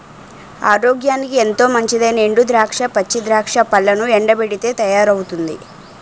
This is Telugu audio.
ఆరోగ్యానికి ఎంతో మంచిదైనా ఎండు ద్రాక్ష, పచ్చి ద్రాక్ష పళ్లను ఎండబెట్టితే తయారవుతుంది